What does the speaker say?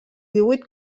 divuit